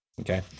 okay